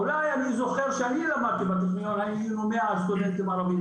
אולי אני זוכר כשאני למדתי בטכניון היינו 100 סטודנטים ערבים,